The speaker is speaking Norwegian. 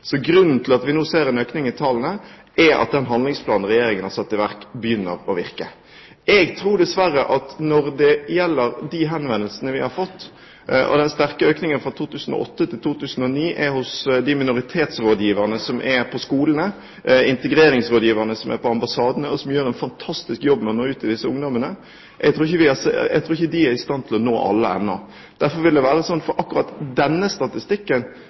Grunnen til at vi nå ser en økning i tallene, er at den handlingsplanen Regjeringen har satt i verk, begynner å virke. Når det gjelder de henvendelsene vi har fått – det er en sterk økning fra 2008 til 2009 hos minoritetsrådgiverne på skolene og integreringsrådgiverne på ambassadene, som gjør en fantastisk jobb med å nå ut til disse ungdommene – så tror jeg dessverre ikke vi er i stand til å nå alle ennå. Derfor vil det være sånn for akkurat denne statistikken